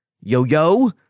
Yo-yo